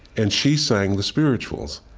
and she sang the spirituals.